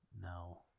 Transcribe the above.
No